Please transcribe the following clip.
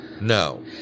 No